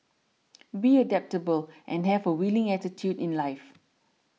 be adaptable and have a willing attitude in life